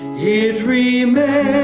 it remains